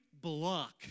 block